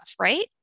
right